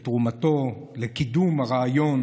בתרומתו לקידום הרעיון